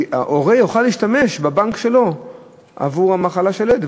אנחנו מציעים שההורה יוכל להשתמש בבנק שלו עבור המחלה של הילד,